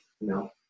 no